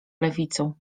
lewicą